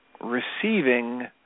receiving